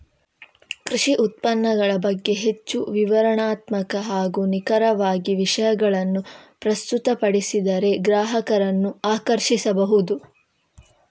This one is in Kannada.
ಕೃಷಿ ಉತ್ಪನ್ನಗಳ ಬಗ್ಗೆ ಹೆಚ್ಚು ವಿವರಣಾತ್ಮಕ ಹಾಗೂ ನಿಖರವಾಗಿ ವಿಷಯಗಳನ್ನು ಪ್ರಸ್ತುತಪಡಿಸಿದರೆ ಗ್ರಾಹಕರನ್ನು ಆಕರ್ಷಿಸಬಹುದು